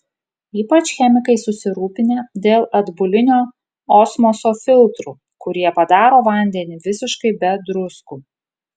ypač chemikai susirūpinę dėl atbulinio osmoso filtrų kurie padaro vandenį visiškai be druskų